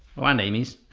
oh and amy's.